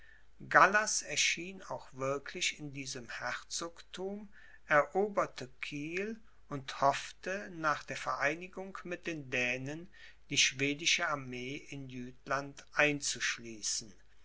gallas erschien auch wirklich in diesem herzogthum eroberte kiel und hoffte nach der vereinigung mit den dänen die schwedische armee in